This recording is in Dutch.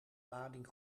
lading